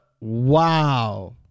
Wow